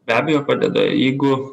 be abejo padeda jeigu